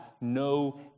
no